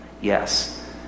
Yes